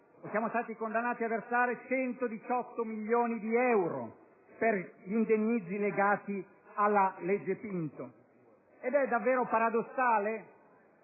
siamo stati condannati a versare 118 milioni di euro per gli indennizzi legati alla legge Pinto. Prima si è parlato